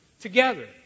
together